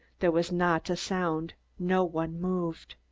there was not a sound no one moved.